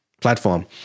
platform